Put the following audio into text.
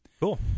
Cool